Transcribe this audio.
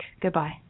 Goodbye